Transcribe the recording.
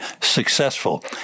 successful